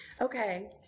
okay